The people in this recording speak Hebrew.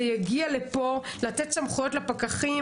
זה יגיע לפה, לתת סמכויות לפקחים.